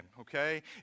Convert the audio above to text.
okay